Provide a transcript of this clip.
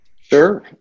Sure